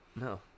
No